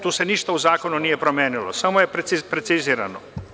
Tu se ništa u zakonu nije promenilo, već je samo precizirano.